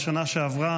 בשנה שעבר,